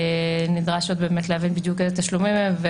ונדרש עוד להבין בדיוק על איזה תשלומים מדובר,